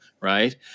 right